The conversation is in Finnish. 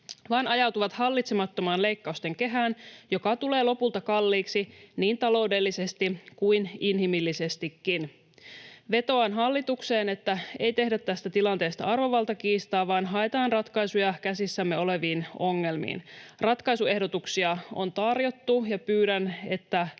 vaan ajautuvat hallitsemattomaan leikkausten kehään, joka tulee lopulta kalliiksi niin taloudellisesti kuin inhimillisestikin. Vetoan hallitukseen, että ei tehdä tästä tilanteesta arvovaltakiistaa, vaan haetaan ratkaisuja käsissämme oleviin ongelmiin. Ratkaisuehdotuksia on tarjottu, ja pyydän, että